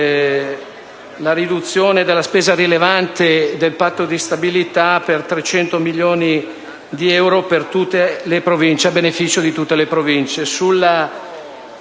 la riduzione della spesa rilevante del Patto di stabilità per 300 milioni di euro a beneficio di tutte le Province.